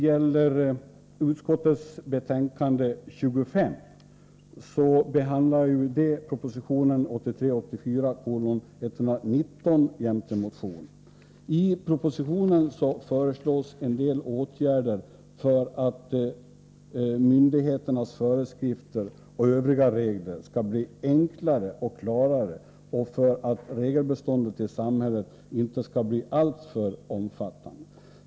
I utskottets betänkande nr 25 behandlas proposition 1983/84:119 jämte motion. I propositionen föreslås en del åtgärder för att myndigheternas föreskrifter och övriga regler skall bli enklare och klarare och för att regelbeståndet i samhället inte skall bli alltför omfattande.